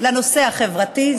לנושא החברתי,